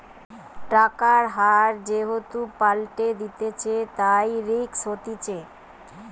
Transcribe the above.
টাকার হার যেহেতু পাল্টাতিছে, তাই রিস্ক হতিছে